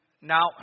Now